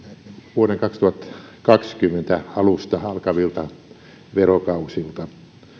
vuoden kaksituhattakaksikymmentä alusta alkavilta verokausilta